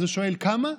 אז הוא שואל: כמה,